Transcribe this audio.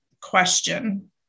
question